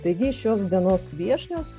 taigi šios dienos viešnios